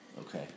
Okay